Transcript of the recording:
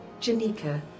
Janika